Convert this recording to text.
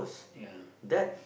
ya